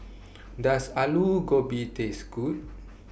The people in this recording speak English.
Does Aloo Gobi Taste Good